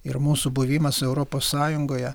ir mūsų buvimas europos sąjungoje